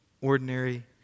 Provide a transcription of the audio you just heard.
ordinary